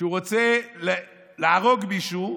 כשהוא רוצה להרוג מישהו,